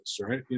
right